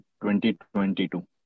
2022